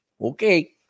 Okay